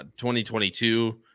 2022